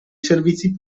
servizi